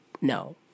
No